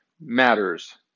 matters